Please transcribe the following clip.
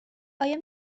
آیا